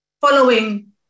following